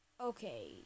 Okay